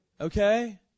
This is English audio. Okay